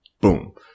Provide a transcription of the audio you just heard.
Boom